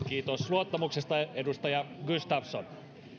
kiitos luottamuksesta edustaja gustafsson